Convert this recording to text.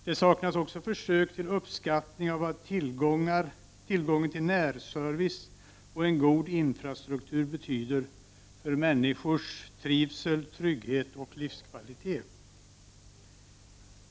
Det saknas också försök till uppskattning av vad tillgången till närservice och en god infrastruktur betyder för människors trivsel, trygghet och livskvalitet.